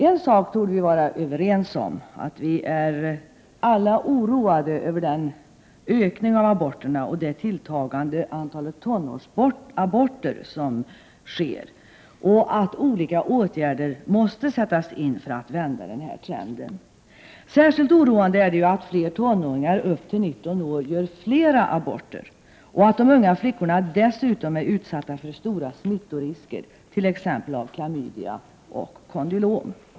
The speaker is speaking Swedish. En sak torde vi vara överens om, nämligen att vi alla är oroade över ökningen av aborterna, speciellt det tilltagande antalet tonårsaborter som sker, och att olika åtgärder måste sättas in för att vända denna trend. Särskilt oroande är det att fler tonåringar upp till 19 år gör flera aborter, och att de unga flickorna dessutom är utsatta för stora smittorisker, t.ex. av klamydia och kondylom.